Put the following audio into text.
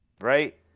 right